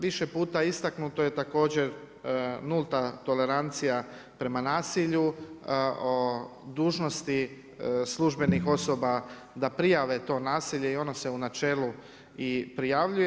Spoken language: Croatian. Više puta istaknuto je također nulta tolerancija prema nasilju, o dužnosti službenih osoba da prijave to nasilje i ono se u načelu i prijavljuje.